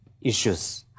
issues